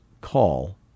call